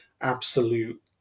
absolute